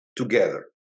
Together